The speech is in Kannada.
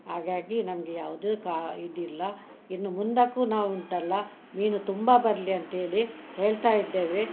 ಹಾಗಾಗಿ ನಮಗೆ ಯಾವುದೇ ಕಾ ಇದಿಲ್ಲ ಇನ್ನು ಮುಂದಕ್ಕೂ ನಾವು ಉಂಟಲ್ಲ ಮೀನು ತುಂಬಾ ಬರಲಿ ಅಂತೇಳಿ ಹೇಳ್ತಾ ಇದ್ದೇವೆ